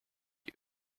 you